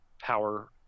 power